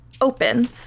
open